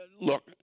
look